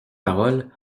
paroles